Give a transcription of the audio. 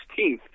16th